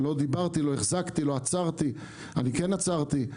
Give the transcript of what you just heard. לא דיברתי, לא החזקתי, כן עצרתי.